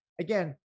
again